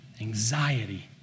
anxiety